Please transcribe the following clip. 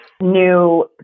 new